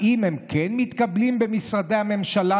האם הם כן מתקבלים לעבודה במשרדי הממשלה?